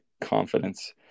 confidence